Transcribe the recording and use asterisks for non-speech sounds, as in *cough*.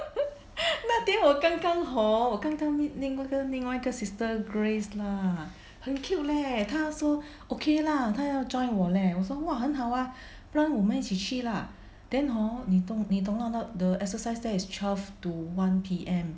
*laughs* 那天我刚刚 hor 我刚刚跟那个跟另外一个 sister Grace lah 很 cute leh 他说 okay lah 他要 join 我 leh 我说 !wah! 很好啊不然我们一起去 lah then hor 你懂你懂那个 the exercise 在 twelve to one P_M